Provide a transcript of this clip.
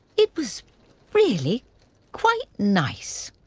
it was really quite, nice.